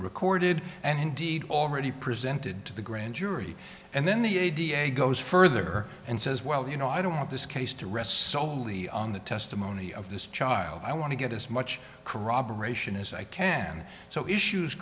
recorded and indeed already presented to the grand jury and then the a da goes further and says well you know i don't want this case to rest solely on the testimony of this child i want to get as much corroboration as i can so issues